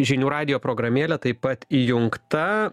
žinių radijo programėlė taip pat įjungta